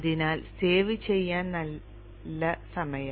അതിനാൽ സേവ് ചെയ്യാൻ നല്ല സമയം